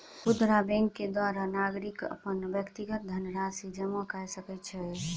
खुदरा बैंक के द्वारा नागरिक अपन व्यक्तिगत धनराशि जमा कय सकै छै